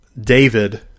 David